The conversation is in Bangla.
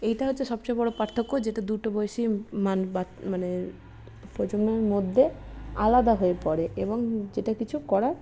এইটা হচ্ছে সবচেয়ে বড়ো পার্থক্য যেটা দুটো বয়সী মানে প্রজন্মের মধ্যে আলাদা হয়ে পড়ে এবং যেটা কিছু করার